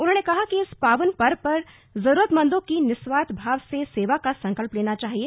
उन्होंने कहा कि इस पावन पर्व पर ज़रूरतमंदों की निस्वार्थ भाव से सेवा का संकल्प लेना चाहिए